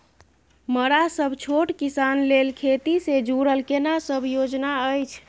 मरा सब छोट किसान लेल खेती से जुरल केना सब योजना अछि?